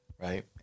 Right